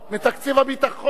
מתקציב הביטחון,